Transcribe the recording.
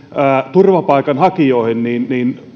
turvapaikanhakijoihin niin